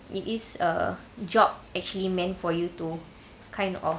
it is a job actually meant for you to kind of